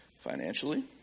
financially